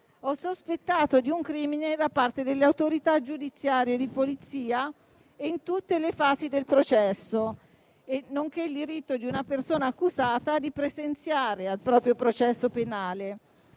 o sospettato di un crimine da parte delle autorità giudiziarie e di polizia e in tutte le fasi del processo, nonché il diritto di una persona accusata di presenziare al proprio processo penale.